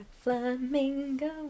Flamingo